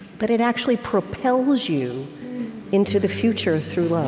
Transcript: but it actually propels you into the future through